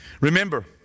remember